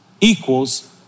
equals